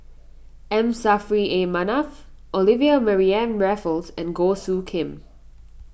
M Saffri A Manaf Olivia Mariamne Raffles and Goh Soo Khim